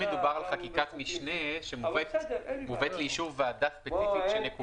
אם מדובר על חקיקת משנה שמובאת לאישור ועדה ספציפית שנקובה,